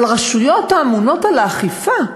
אבל הרשויות הממונות על האכיפה,